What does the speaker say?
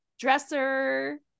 dresser